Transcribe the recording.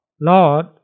Lord